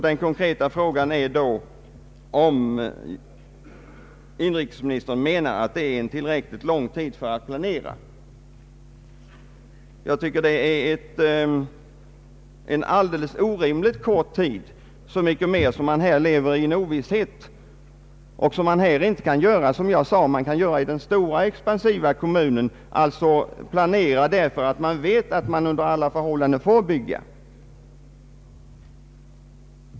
Den konkreta frågan är då, om inrikesministern menar att det är en tillräckligt lång tid för att planera. Jag tycker att det är en orimligt kort tid, så mycket mer som man här lever i ovisshet och som man här inte kan göra på det sätt som kan ske i den stora expansiva kommunen, nämligen planera då man vet att man under alla förhållanden får bygga.